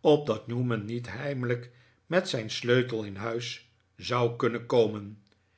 opdat newman niet heimelijk met zijn sleutel in huis zou kunnen komen